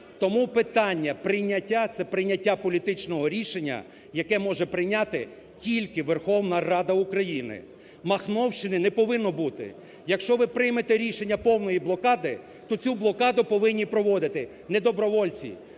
Тому питання прийняття – це прийняття політичного рішення, яке може прийняти тільки Верховна Рада України. Махновщини не повинно бути. Якщо ви приймете рішення повної блокади, то цю блокаду повинні проводити не добровольці,